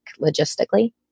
logistically